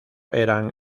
eran